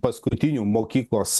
paskutinių mokyklos